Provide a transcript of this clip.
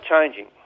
changing